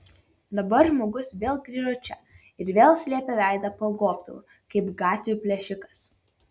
dabar žmogus vėl grįžo čia ir vėl slėpė veidą po gobtuvu kaip gatvių plėšikas